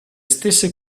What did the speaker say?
stesse